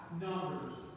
numbers